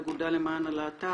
האגודה למען הלהט"ב,